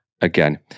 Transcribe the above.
again